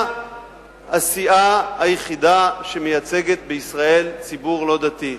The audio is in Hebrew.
הסיעה היחידה שמייצגת בישראל ציבור לא דתי.